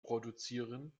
produzieren